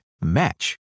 match